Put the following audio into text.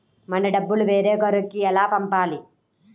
మన డబ్బులు వేరొకరికి ఎలా పంపాలి?